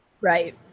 right